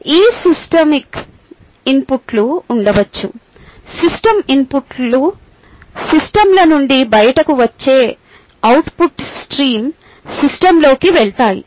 ఈ సిస్టమ్కి ఇన్పుట్లు ఉండవచ్చు సిస్టమ్ ఇన్పుట్ స్ట్రీమ్ల నుండి బయటకు వచ్చే అవుట్పుట్ స్ట్రీమ్లు సిస్టమ్లోకి వెళ్తాయి